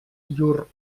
llur